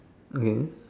okay